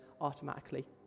automatically